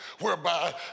whereby